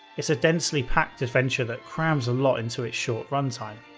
it's a densely packed adventure that crams a lot into its short runtime.